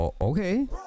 Okay